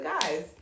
guys